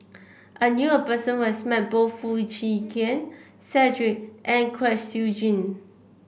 I knew a person who has met both Foo Chee Keng Cedric and Kwek Siew Jin